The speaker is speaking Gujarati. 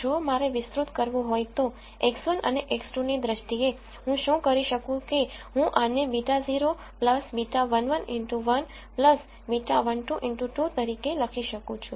જો મારે વિસ્તૃત કરવું હોય તો x1 અને x2 ની દ્રષ્ટિએ હું શું કરી શકું કે હું આને β0 β11 x1 β12 x2 તરીકે લખી શકું છું